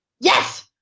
Yes